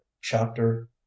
Chapter